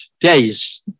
days